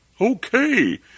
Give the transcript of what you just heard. Okay